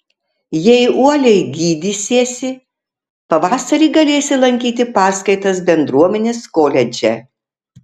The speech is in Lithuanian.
jei uoliai gydysiesi pavasarį galėsi lankyti paskaitas bendruomenės koledže